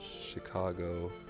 Chicago